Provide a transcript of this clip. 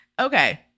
Okay